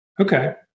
Okay